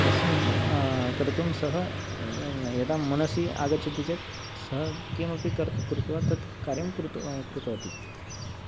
तस्मिन् कर्तुं सः यदा मनसि आगच्छति चेत् सः किमपि कर् कृत्वा तत् कार्यं कृत् कृतवती